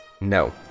No